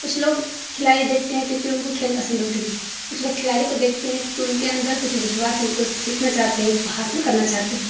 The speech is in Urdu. کچھ لوگ کھلاڑی دیکھتے ہیں کیوںکہ ان کو کھیل پسند ہوتی ہے کچھ لوگ کھلاڑی کو دیکھتے ہیں کیوںکہ ان کے اندر کے جو جذبات ہیں ان کو سیکھنا چاہتے ہیں اس کو حاصل کرنا چاہتے ہیں